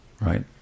right